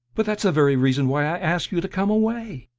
but that's the very reason why i ask you to come away!